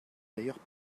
d’ailleurs